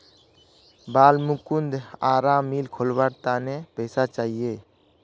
बालमुकुंदक आरा मिल खोलवार त न पैसा चाहिए